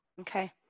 Okay